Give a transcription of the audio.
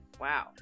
Wow